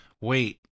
Wait